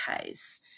case